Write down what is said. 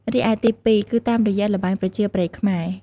រីឯទីពីរ គឺតាមរយៈល្បែងប្រជាប្រិយខ្មែរ។